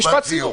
משפט סיום.